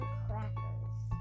crackers